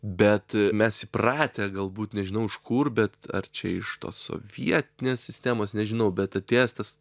bet mes įpratę galbūt nežinau iš kur bet ar čia iš tos sovietinės sistemos nežinau bet atėjęs tas